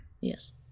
Yes